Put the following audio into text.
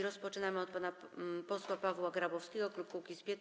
Rozpoczynamy od pana posła Pawła Grabowskiego, klub Kukiz’15.